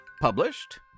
published